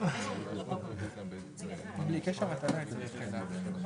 מדובר בהעברה טכנית.